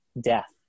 death